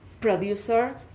producer